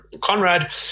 Conrad